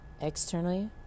externally